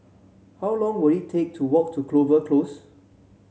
how long will it take to walk to Clover Close